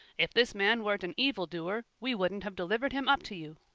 if this man weren't an evildoer, we wouldn't have delivered him up to you.